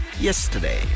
yesterday